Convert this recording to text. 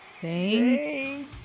Thank